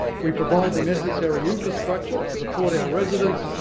we provide the necessary infrastructure to support our residents,